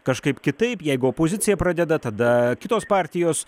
kažkaip kitaip jeigu opozicija pradeda tada kitos partijos